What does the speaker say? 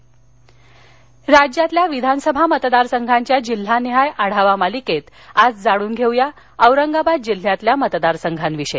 विधानसभा निवडणक आढावा राज्याल्या विधानसभा मतदारसंघांच्या जिल्हानिहाय आढावा मालिकेत आज जाणुन घेऊ या औरंगाबाद जिल्ह्यातील मतदारसंघांविषयी